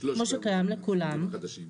כמו שקיים לכולם --- זה שלושת החדשים.